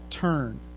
turn